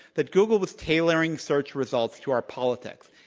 that google was tailoring search results to our politics.